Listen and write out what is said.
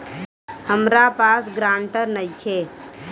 हमरा पास ग्रांटर नइखे?